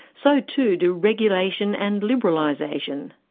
so too do regulation and liberalisation.